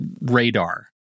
radar